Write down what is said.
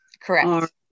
Correct